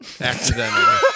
accidentally